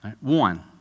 One